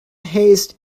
haste